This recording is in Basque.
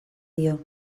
dio